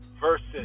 versus